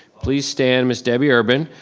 please stand, miss debbie urban.